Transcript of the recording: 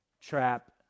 trap